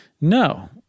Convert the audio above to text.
No